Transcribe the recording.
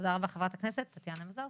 תודה רבה לחברת הכנסת טטיאנה מזרסקי.